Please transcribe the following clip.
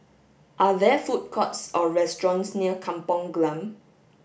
are there food courts or restaurants near Kampong Glam